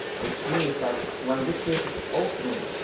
which means that, when this gate is opening,